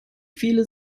viele